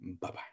Bye-bye